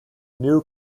new